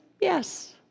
yes